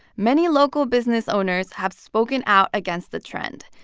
many local business owners have spoken out against the trend,